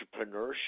entrepreneurship